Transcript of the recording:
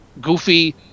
goofy